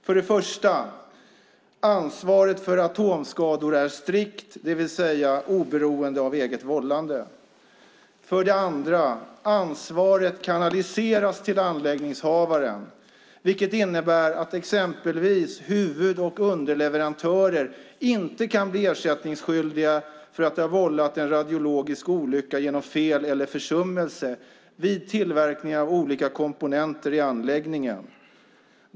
För det första: Ansvaret för atomskador är strikt, det vill säga oberoende av eget vållande. För det andra: Ansvaret kanaliseras till anläggningshavaren, vilket innebär att exempelvis huvud och underleverantörer inte kan bli ersättningsskyldiga för att ha vållat en radiologisk olycka genom fel eller försummelse vid tillverkning av olika komponenter i anläggningen.